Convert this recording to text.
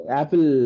apple